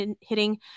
hitting